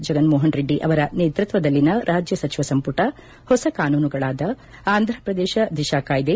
ಜಗನ್ ಮೋಹನ್ ರೆಡ್ಡಿ ಅವರ ನೇತೃತ್ವದಲ್ಲಿನ ರಾಜ್ಜ ಸಚಿವ ಸಂಪುಟ ಹೊಸ ಕಾನೂನುಗಳಾದ ಆಂಧಪ್ರದೇಶ ದಿಶಾ ಕಾಯ್ದೆ